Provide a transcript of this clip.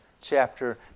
chapter